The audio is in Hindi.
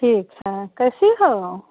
ठीक हैं कैसी हो